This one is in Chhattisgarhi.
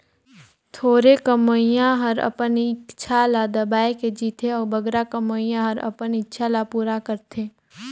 थोरहें कमोइया हर अपन इक्छा ल दबाए के जीथे अउ बगरा कमोइया हर अपन इक्छा ल पूरा करथे